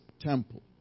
temple